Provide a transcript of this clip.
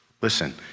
Listen